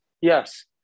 Yes